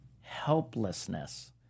helplessness